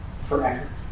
forever